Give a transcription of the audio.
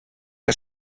der